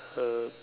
uh